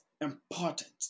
important